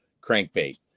crankbait